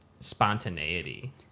spontaneity